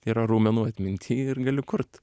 yra raumenų atminty ir gali kurt